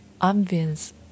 ambience